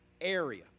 area